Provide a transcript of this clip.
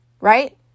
right